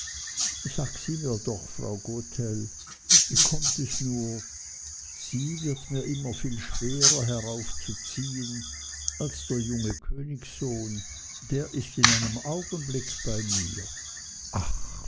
sie mir doch frau gotel wie kommt es nur sie wird mir viel schwerer heraufzuziehen als der junge königssohn der ist in einem augenblick bei mir